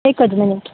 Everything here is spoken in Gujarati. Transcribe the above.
એકજ મિનિટ